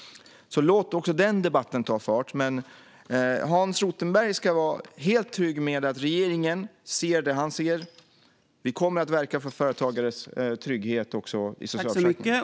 Låt alltså även den debatten ta fart! Men Hans Rothenberg ska vara helt trygg med att regeringen ser det han ser. Vi kommer att verka för företagares trygghet också i socialförsäkringen.